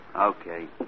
Okay